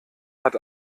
hat